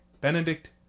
Benedict